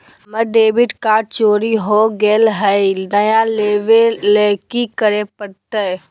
हमर debit card चोरी हो गेले हई, नया लेवे ल की करे पड़तई?